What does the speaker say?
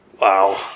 Wow